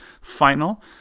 final